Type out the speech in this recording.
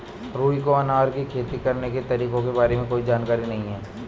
रुहि को अनार की खेती करने के तरीकों के बारे में कोई जानकारी नहीं है